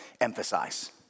emphasize